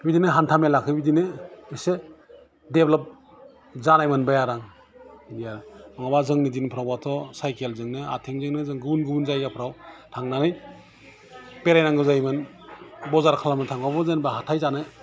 बिदिनो हान्था मेलाखौबो बेदिनो एसे डेब्लभ जानाय मोनबाय आरो आं नङाबा जोंनि दिनफ्रावबाथ' साइकेलजोंनो आथिंजोंनो जों गुबुन गुबुन जायगाफ्राव थांनानै बेरायनांगौ जायोमोन बजार खालामनो थांबाबो जों हाथाय जानो